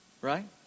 right